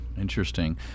Interesting